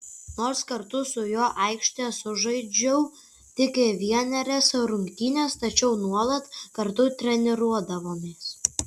nors kartu su juo aikštėje sužaidžiau tik vienerias rungtynes tačiau nuolat kartu treniruodavomės